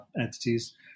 entities